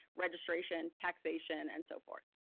registration, taxation, and so forth.